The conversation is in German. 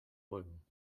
bäumen